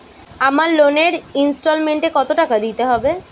আমার লোনের ইনস্টলমেন্টৈ কত টাকা দিতে হবে?